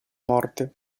morte